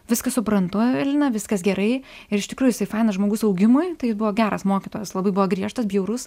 viską suprantu evelina viskas gerai ir iš tikrųjų jisai fainas žmogus augimui tai jis buvo geras mokytojas labai buvo griežtas bjaurus